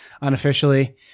unofficially